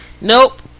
Nope